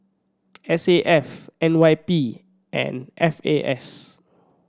S A F N Y P and F A S